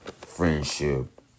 friendship